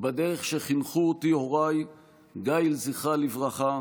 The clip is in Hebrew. בדרך שחינכו אותי הוריי גאיל, זכרה לברכה,